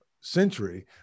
century